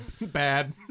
Bad